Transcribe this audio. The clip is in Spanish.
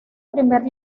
primer